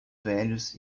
velhos